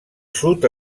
sud